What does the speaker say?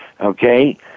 Okay